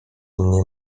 mnie